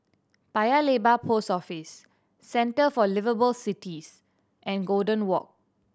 Paya Lebar Post Office Centre for Liveable Cities and Golden Walk